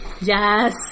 Yes